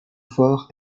fort